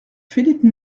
philippe